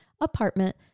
apartment